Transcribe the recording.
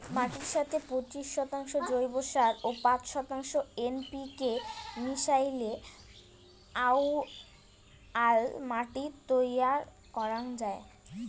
মাটির সথে পঁচিশ শতাংশ জৈব সার ও পাঁচ শতাংশ এন.পি.কে মিশাইলে আউয়াল মাটি তৈয়ার করাং যাই